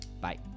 Bye